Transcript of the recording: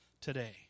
today